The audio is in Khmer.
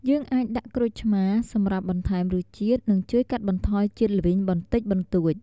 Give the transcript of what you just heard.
យើងអាចដាក់ក្រូចឆ្មារ សម្រាប់បន្ថែមរសជាតិ និងជួយកាត់បន្ថយជាតិល្វីងបន្តិចបន្តួច។